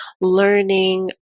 learning